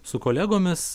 su kolegomis